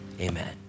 amen